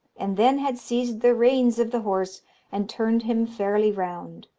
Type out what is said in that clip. and then had seized the reins of the horse and turned him fairly round,